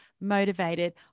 motivated